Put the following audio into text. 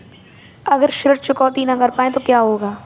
अगर ऋण चुकौती न कर पाए तो क्या होगा?